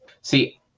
See